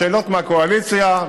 שאלות מהקואליציה,